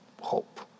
hope